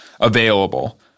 available